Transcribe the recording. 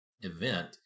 event